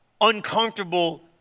uncomfortable